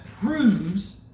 proves